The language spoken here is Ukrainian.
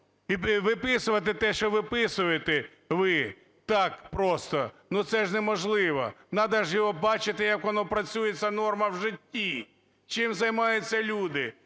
І виписувати те, що виписуєте ви так просто, це ж неможливо. Треба ж його бачити, як воно працює, ця норма, в житті, чим займаються люди,